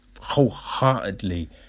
wholeheartedly